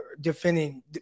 defending